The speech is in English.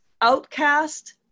outcast